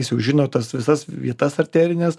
jis jau žino tas visas vietas arterines